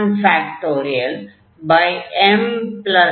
mn 1